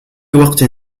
وقت